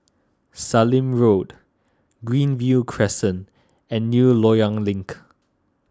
Sallim Road Greenview Crescent and New Loyang Link